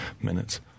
minutes